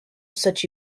such